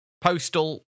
Postal